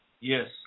Yes